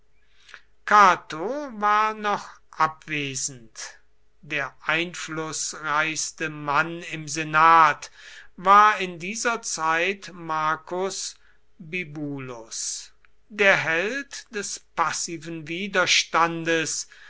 cato war noch abwesend der einflußreichste mann im senat war in dieser zeit marcus bibulus der held des passiven widerstandes